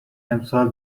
امسال